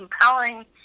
compelling